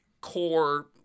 core